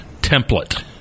template